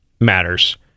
matters